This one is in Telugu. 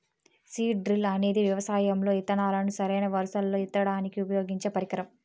సీడ్ డ్రిల్ అనేది వ్యవసాయం లో ఇత్తనాలను సరైన వరుసలల్లో ఇత్తడానికి ఉపయోగించే పరికరం